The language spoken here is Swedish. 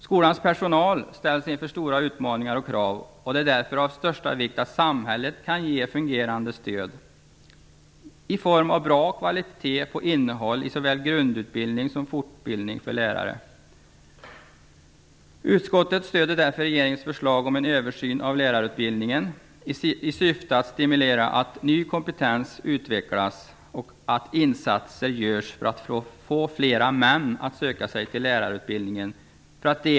Skolans personal ställs inför stora utmaningar och krav. Därför är det av största vikt att samhället kan ge ett fungerande stöd i form av bra kvalitet på såväl grundutbildning som fortbildning av lärare. Utskottet stöder därför regeringens förslag om en översyn av lärarutbildningen i syfte att stimulera att ny kompetens utvecklas och att insatser görs så att fler män söker sig till lärarutbildningen.